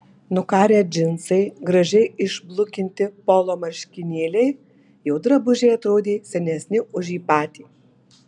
nukarę džinsai gražiai išblukinti polo marškinėliai jo drabužiai atrodė senesni už jį patį